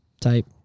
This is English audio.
type